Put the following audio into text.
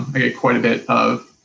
i get quite a bit of,